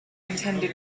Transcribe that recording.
intended